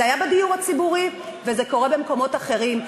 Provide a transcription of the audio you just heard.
זה היה בדיור הציבורי וזה קורה במקומות אחרים,